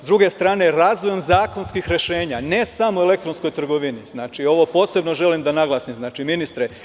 S druge strane, razvojem zakonskih rešenja, ne samo u elektronskoj trgovini, ovo posebno želim da naglasim, ministre.